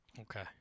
Okay